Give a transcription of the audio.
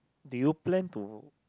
do you plan to